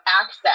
access